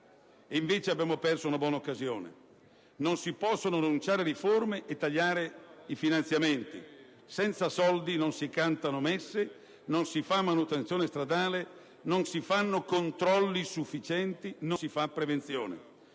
invece abbiamo perso una buona occasione. Non si possono annunciare riforme e tagliare i finanziamenti. Senza soldi non si cantano messe, non si fa manutenzione stradale, non si fanno controlli sufficienti, non si fa prevenzione.